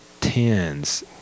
tens